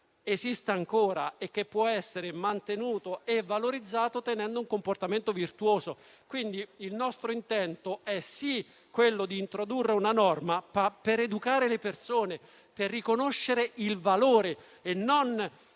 esiste ancora e che può essere mantenuto e valorizzato tenendo un comportamento virtuoso. Il nostro intento è introdurre una norma per educare le persone, per riconoscere un valore; non